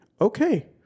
okay